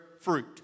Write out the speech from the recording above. fruit